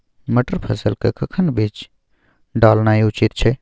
मटर फसल के कखन बीज डालनाय उचित छै?